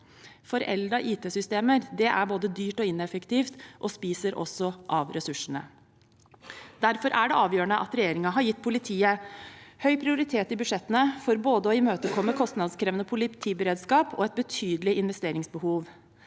Foreldede ITsystemer er både dyrt, ineffektivt og spiser også av ressursene. Derfor er det avgjørende at regjeringen har gitt politiet høy prioritet i budsjettene for å imøtekomme både kostnadskrevende politiberedskap og et betydelig investeringsbehov.